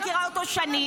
אני מכירה אותו שנים,